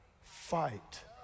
fight